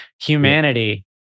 humanity